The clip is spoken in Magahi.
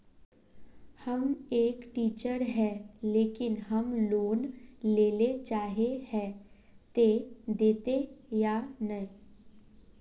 हम एक टीचर है लेकिन हम लोन लेले चाहे है ते देते या नय?